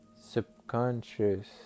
subconscious